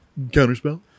Counterspell